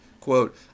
Quote